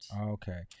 Okay